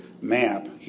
map